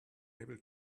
able